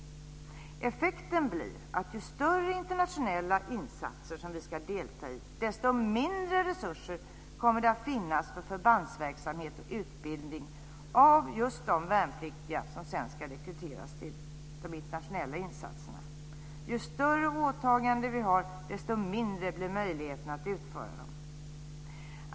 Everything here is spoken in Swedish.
Effekten blir att ju större internationella insatser som vi ska delta i, desto mindre resurser kommer det att finnas för förbandsverksamhet och utbildning av just de värnpliktiga som sedan ska rekryteras till de internationella insatserna. Ju större åtaganden vi har, desto mindre blir möjligheterna att utföra dem.